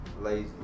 lazy